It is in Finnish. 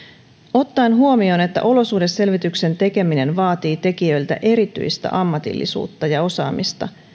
ottaen huomioon että olosuhdeselvityksen tekeminen vaatii tekijöiltä erityistä ammatillisuutta ja osaamista